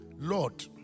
Lord